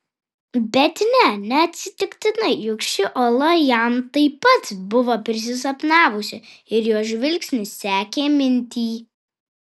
bet ne neatsitiktinai juk ši uola jam taip pat buvo prisisapnavusi ir jo žvilgsnis sekė mintį